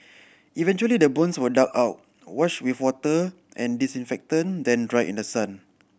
eventually the bones were dug out washed with water and disinfectant then dried in the sun